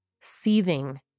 seething